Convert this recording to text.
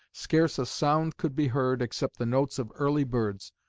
scarce a sound could be heard except the notes of early birds,